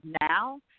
now